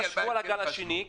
חשבו על הגל השני,